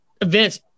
events